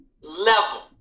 level